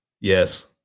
Yes